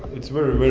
it's very, very,